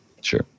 Sure